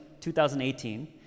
2018